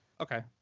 Okay